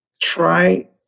try